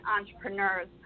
entrepreneurs